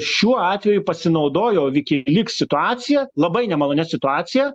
šiuo atveju pasinaudojo wikileaks situacija labai nemalonia situacija